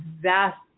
vast